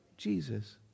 Jesus